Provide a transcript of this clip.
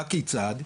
הכיצד?